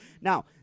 Now